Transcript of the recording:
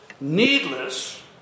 needless